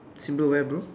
symbol where bro